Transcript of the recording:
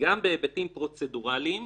גם בהיבטים פרוצדוראליים,